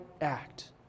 act